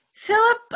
Philip